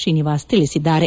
ಶ್ರೀನಿವಾಸ ತಿಳಿಸಿದ್ದಾರೆ